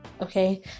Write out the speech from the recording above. okay